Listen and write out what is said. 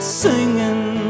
singing